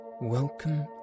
Welcome